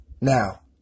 Now